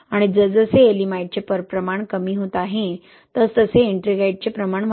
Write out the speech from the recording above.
आणि जसजसे येएलिमाइटचे प्रमाण कमी होत आहे तसतसे एट्रिंगाइटचे प्रमाण वाढत आहे